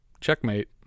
Checkmate